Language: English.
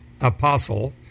apostle